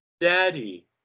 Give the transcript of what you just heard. Daddy